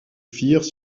firent